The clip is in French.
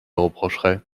reprocherait